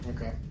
Okay